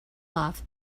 off